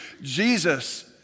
Jesus